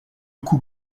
coût